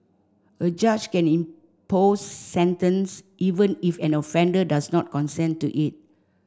a judge can impose this sentence even if an offender does not consent to it